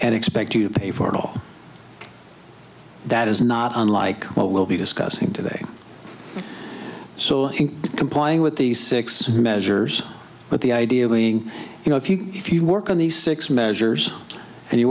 and expect to pay for all that is not unlike what we'll be discussing today so in complying with these six measures but the idea being you know if you if you work on these six measures and you